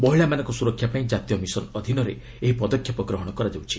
ମହିଳାମାନଙ୍କ ସୁରକ୍ଷା ପାଇଁ କାତୀୟ ମିଶନ ଅଧୀନରେ ଏହି ପଦକ୍ଷେପ ଗ୍ରହଣ କରାଯାଇଛି